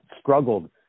struggled